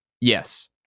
Yes